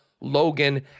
Logan